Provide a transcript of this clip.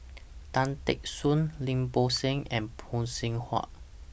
Tan Teck Soon Lim Bo Seng and Phay Seng Whatt